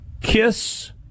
kiss